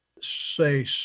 say